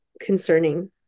Concerning